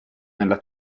nella